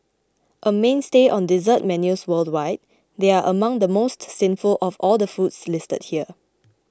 a mainstay on dessert menus worldwide they are among the most sinful of all the foods listed here